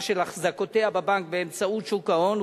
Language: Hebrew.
של אחזקותיה בבנק באמצעות שוק ההון,